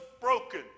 broken